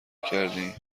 کردیم